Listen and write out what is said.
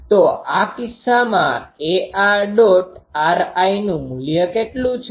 તો આ કિસ્સામાં ar ·ri નું મૂલ્ય કેટલું છે